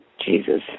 Jesus